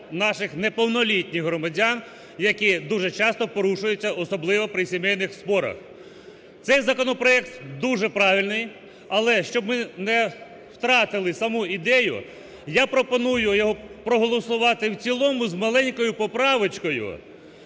наших неповнолітніх громадян, які дуже часто порушуються, особливо при сімейних спорах. Цей законопроект дуже правильний, але, щоб ми не втратили саму ідею, я пропоную його проголосувати в цілому з маленькою поправочкою,